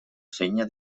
senya